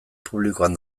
publikoan